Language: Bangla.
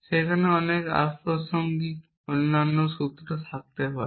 সেখানে অনেক অপ্রাসঙ্গিক অন্যান্য সূত্র থাকতে পারে